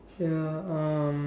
ya um